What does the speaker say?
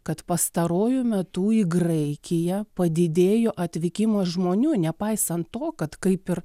kad pastaruoju metu į graikiją padidėjo atvykimas žmonių nepaisant to kad kaip ir